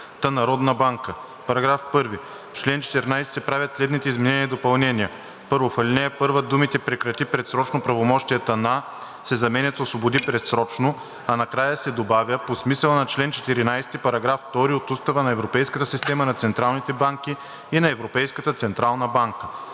банка § 1. В чл. 14 се правят следните изменения и допълнения: 1. В ал. 1 думите „прекрати предсрочно правомощията на“ се заменят с „освободи предсрочно“, а накрая се добавя „по смисъла на чл. 14, параграф 2 от Устава на Европейската система на централните банки и на Европейската централна банка“.